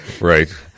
Right